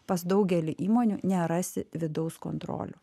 pas daugelį įmonių nerasi vidaus kontrolė